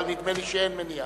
אבל נדמה לי שאין מניעה.